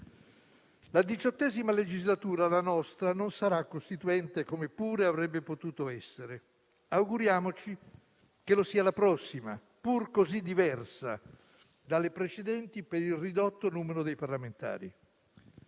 La XVIII legislatura, la nostra, non sarà costituente, come pure avrebbe potuto essere. Auguriamoci che lo sia la prossima, pur così diversa dalle precedenti, per il ridotto numero dei parlamentari.